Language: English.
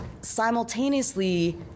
simultaneously